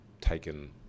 taken